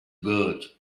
good